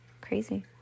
Crazy